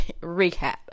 recap